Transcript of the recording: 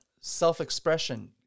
self-expression